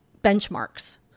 benchmarks